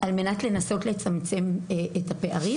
על מנת לנסות ולצמצם את הפערים.